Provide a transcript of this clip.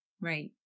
Right